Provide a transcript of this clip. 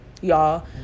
y'all